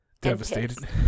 Devastated